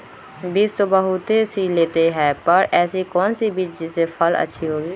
बीज तो बहुत सी लेते हैं पर ऐसी कौन सी बिज जिससे फसल अच्छी होगी?